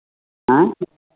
हाँ